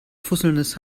fusselndes